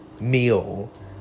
meal